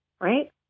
right